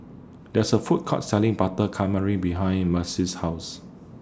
There IS A Food Court Selling Butter Calamari behind Maceo's House